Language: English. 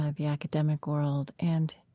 ah the academic world. and